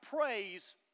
praise